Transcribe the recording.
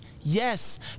Yes